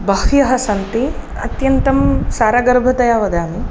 बह्व्यः सन्ति अत्यन्तं सारगर्भतया वदामि